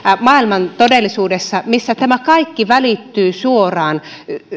maailman todellisuudessa missä tämä kaikki välittyy suoraan